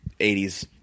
80s